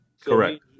Correct